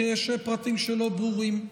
כי יש פרטים שלא ברורים,